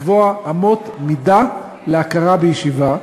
לקבוע אמות מידה להכרה בישיבה,